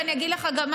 ואני גם אגיד לך מה,